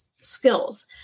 skills